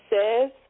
says